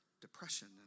depression